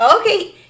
Okay